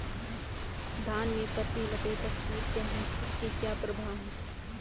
धान में पत्ती लपेटक कीट क्या है इसके क्या प्रभाव हैं?